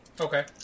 Okay